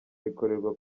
bikorerwa